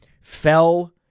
fell